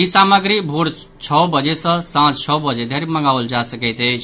ई सामग्री भोर छओ बजे सँ सांझ छओ बजे धरि मंगाओल जा सकैत अछि